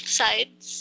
sides